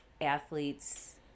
athletes